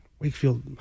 Wakefield